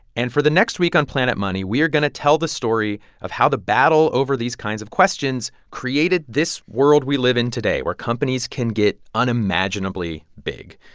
and for the next week on planet money, we are going to tell the story of how the battle over these kinds of questions created this world we live in today, where companies can get unimaginably big.